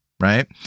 Right